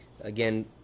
again